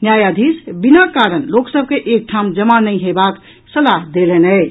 न्यायाधीश बिना कारण लोक सभ के एक ठाम जमा नहिं हेबाक सलाह देलनि अछि